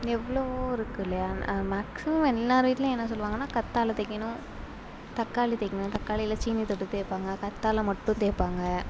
எவ்வளோவோ இருக்குது இல்லையா மேக்சிமம் எல்லார் வீட்டிலையும் என்ன சொல்லுவாங்கன்னால் கத்தாழை தேய்க்கணும் தக்காளி தேய்க்கணும் தக்காளியில் சீனி தொட்டு தேய்ப்பாங்க கத்தாழை மட்டும் தேய்ப்பாங்க